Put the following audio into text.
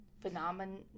Phenomenon